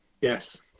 Yes